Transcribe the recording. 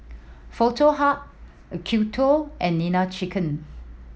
Foto Hub Acuto and Nene Chicken